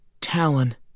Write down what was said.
Talon